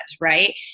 right